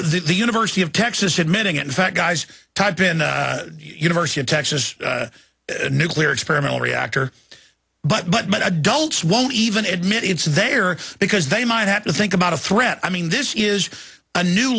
the university of texas admitting in fact guys type in the university of texas nuclear experimental reactor but but adults won't even admit it's there because they might have to think about a threat i mean this is a new